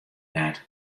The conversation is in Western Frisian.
net